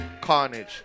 Carnage